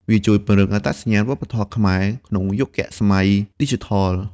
វាជួយពង្រឹងអត្តសញ្ញាណវប្បធម៌ខ្មែរ ក្នុងយុគសម័យឌីជីថល។